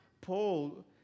Paul